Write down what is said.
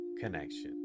connection